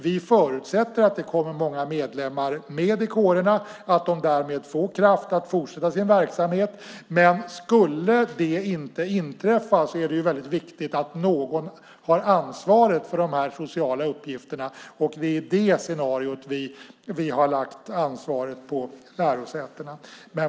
Vi förutsätter att det kommer många medlemmar med i kårerna och att de därmed får kraft att fortsätta sin verksamhet. Men skulle det inte inträffa är det väldigt viktigt att någon har ansvaret för de sociala uppgifterna. Det är med det scenariot vi har lagt ansvaret på lärosätena.